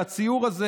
על הציור הזה,